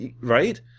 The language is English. Right